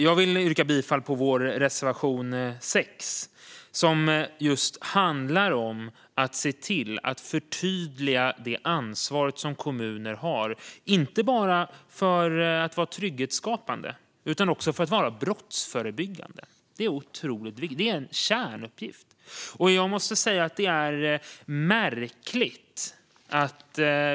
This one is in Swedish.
Jag vill yrka bifall till vår reservation 6, som just handlar om att förtydliga det ansvar som kommuner har inte bara för att vara trygghetsskapande utan också brottsförebyggande. Det är en kärnuppgift.